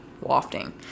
wafting